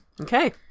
Okay